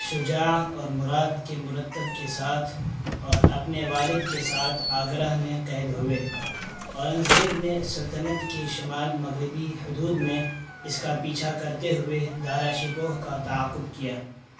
شجاع اور مراد کے مرتب کے ساتھ اور اپنے والد کے ساتھ آگرہ میں قید ہوئے اورنگ زیب نے سلطنت کے شمال مغربی حدود میں اس کا پیچھا کرتے ہوئے دارا شکوہ کا تعاقب کیا